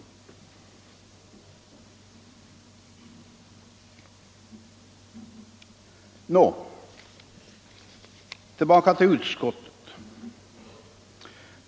Nå, tillbaka till utskottsbetänkandet.